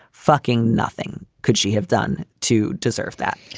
fucking nothing. could she have done to deserve that?